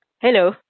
Hello